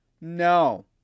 No